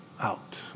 out